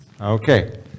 Okay